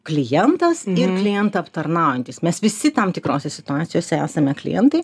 klientas klientą aptarnaujantys mes visi tam tikrose situacijose esame klientai